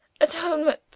Atonement